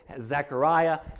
Zechariah